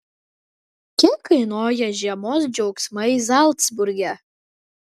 kiek kainuoja žiemos džiaugsmai zalcburge